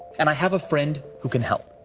and i have a friend who can help.